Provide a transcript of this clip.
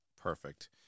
perfect